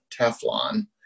Teflon